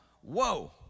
Whoa